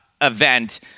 event